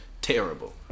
terrible